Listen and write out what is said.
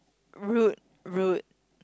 rude rude